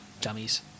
Dummies